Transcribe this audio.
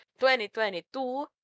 2022